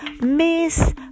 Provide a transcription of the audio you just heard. miss